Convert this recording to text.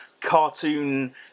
cartoon